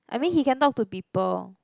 I mean he can talk to people